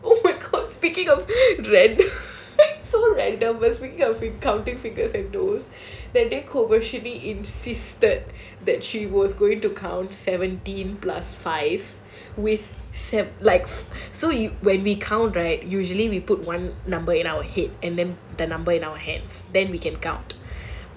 oh my god speaking of random so random but speaking of counting fingers and toes that day koversheli insisted that she was going to count seventeen plus five with seven like so when we count right usually we put one number in our head and then the number in our hands and then we can count